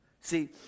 See